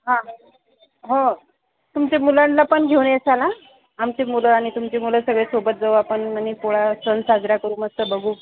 हा हो तुमच्या मुलांला पण घेऊन येशाल हा आमची मुलं आणि तुमची मुलं सगळे सोबत जाऊ आपण आणि पोळा सण साजरा करू मस्त बघू